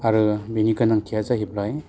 आरो बेनि गोनांथिया जाहैबाय